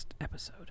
episode